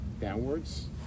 downwards